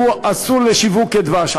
והוא אסור לשיווק כדבש.